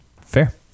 fair